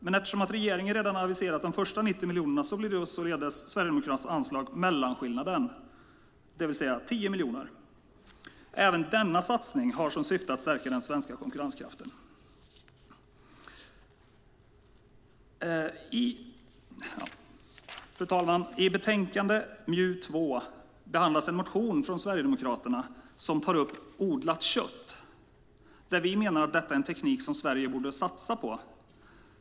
Men eftersom regeringen redan hade aviserat de första 90 miljonerna blev således Sverigedemokraternas tilläggsanslag mellanskillnaden, det vill säga 10 miljoner. Även denna satsning har som syfte att stärka den svenska konkurrenskraften. Fru talman! I betänkande MJU2 behandlas en motion från Sverigedemokraterna som tar upp odlat kött. Vi menar att detta är en teknik som Sverige borde satsa på.